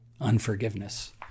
unforgiveness